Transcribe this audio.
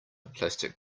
plastic